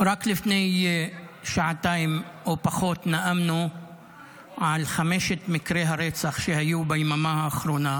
רק לפני שעתיים או פחות נאמנו על חמשת מקרי הרצח שהיו ביממה האחרונה,